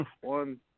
one